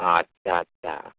আচ্ছা আচ্ছা